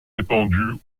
étendues